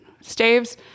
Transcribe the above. staves